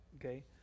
okay